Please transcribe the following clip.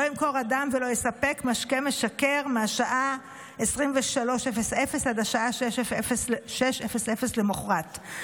לא ימכור אדם ולא יספק משקה משכר מהשעה 23:00 עד השעה 06:00 למוחרת.